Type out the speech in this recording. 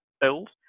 build